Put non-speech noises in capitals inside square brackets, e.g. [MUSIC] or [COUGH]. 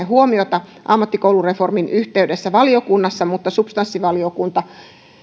[UNINTELLIGIBLE] huomiota ammattikoulureformin yhteydessä valiokunnassa mutta substanssivaliokunta